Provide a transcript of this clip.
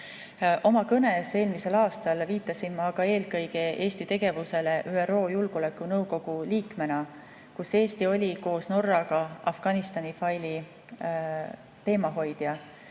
Oma kõnes eelmisel aastal viitasin ma aga eelkõige Eesti tegevusele ÜRO Julgeolekunõukogu liikmena, kus Eesti oli koos Norraga Afganistani faili teemahoidja.